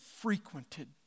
frequented